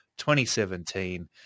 2017